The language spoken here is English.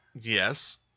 Yes